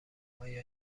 آیا